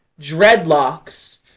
dreadlocks